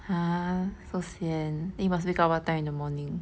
!huh! so sian then you must wake up what time in the morning